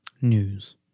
news